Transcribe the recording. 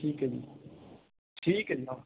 ਠੀਕ ਹੈ ਜੀ ਠੀਕ ਹੈ ਜੀ